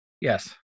Yes